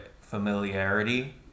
familiarity